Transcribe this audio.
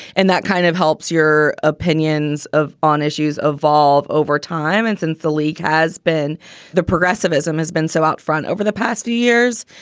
and that kind of helps your opinions of on issues evolve over time. and since the league has been the progressivism has been so out front over the past few years,